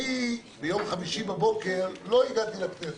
אני, ביום חמישי בבוקר לא הגעתי לכנסת,